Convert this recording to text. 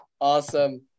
Awesome